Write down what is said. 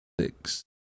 Six